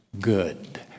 good